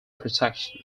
protection